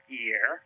year